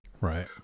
Right